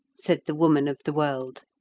said the woman of the world.